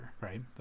right